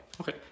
Okay